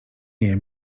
nie